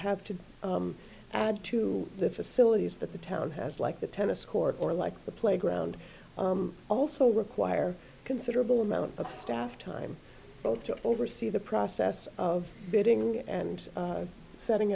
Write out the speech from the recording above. have to add to the facilities that the town has like the tennis court or like the playground also require considerable amount of staff time both to oversee the process of bidding and setting